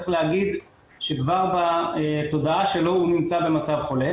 צריך להגיד שכבר בתודעה שלו הוא נמצא במצב חולה,